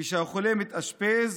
כשהחולה מתאשפז